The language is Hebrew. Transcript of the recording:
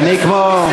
אני כמו,